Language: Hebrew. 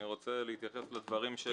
אני רוצה להתייחס לדברים.